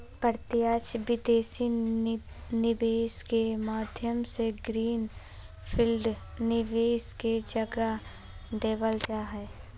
प्रत्यक्ष विदेशी निवेश के माध्यम से ग्रीन फील्ड निवेश के जगह देवल जा हय